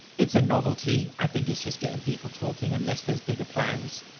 it's a novelty. i think it's just getting people talking and less, there's bigger plans,